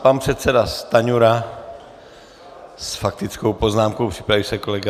Pan předseda Stanjura s faktickou poznámkou, připraví se kolega Benešík.